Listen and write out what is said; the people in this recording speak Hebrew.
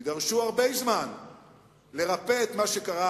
נדרש הרבה זמן לרפא את מה שקרה,